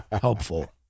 helpful